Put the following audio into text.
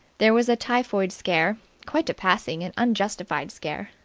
there was a typhoid scare quite a passing and unjustified scare,